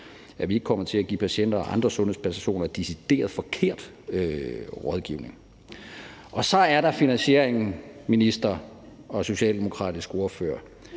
at vi ikke kommer til at give patienter og andre sundhedspersoner decideret forkert rådgivning. Så er der finansieringen – sagt til ministeren og den socialdemokratiske ordfører